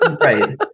Right